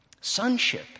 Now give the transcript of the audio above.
sonship